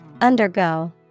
Undergo